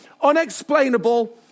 unexplainable